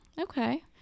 Okay